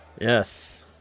Yes